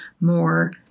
more